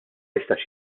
jistax